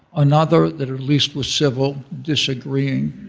another that at least was civil, disagreeing.